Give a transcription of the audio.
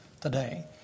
today